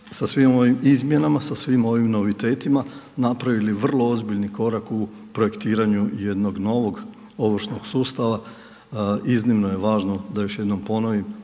sa svim ovim izmjenama, sa svim ovim novitetima napravili vrlo ozbiljni korak u projektiranju jednog novog ovršnog sustava. Iznimno je važno, da još jednom ponovim